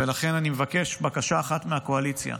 ולכן אני מבקש בקשה אחת מהקואליציה,